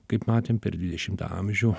kaip matėm per dvidešimtą amžių